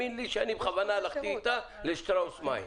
תאמין לי, שאני בכוונה הלכתי איתה לשטראוס מים.